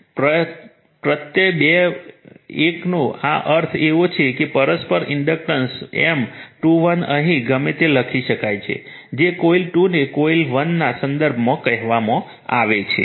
પ્રત્યય 2 1 નો આ અર્થ એવો છે કે પરસ્પર ઇન્ડક્ટન્સ M21 અહીં ગમે તે લખી શકાય છે જે કોઇલ 2 ને કોઇલ 1 ના સંદર્ભમાં કહેવામાં આવે છે